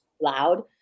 loud